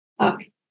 Okay